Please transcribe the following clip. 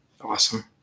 awesome